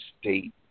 state